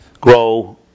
grow